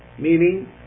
meaning